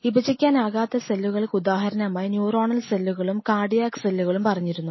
വിഭജിക്കാനാകാത്ത സെല്ലുകൾക്ക് ഉദാഹരണമായി ന്യൂറോണൽ സെല്ലുകളും കാർഡിയാക് സെല്ലുകളും പറഞ്ഞിരുന്നു